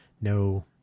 no